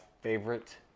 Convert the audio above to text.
favorite